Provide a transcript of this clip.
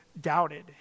doubted